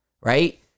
right